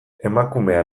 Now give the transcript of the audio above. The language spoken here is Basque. emakumea